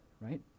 right